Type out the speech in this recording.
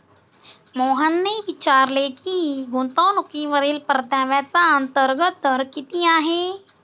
मोहनने विचारले की गुंतवणूकीवरील परताव्याचा अंतर्गत दर किती आहे?